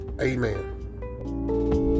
amen